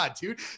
dude